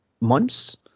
months